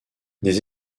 des